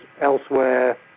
elsewhere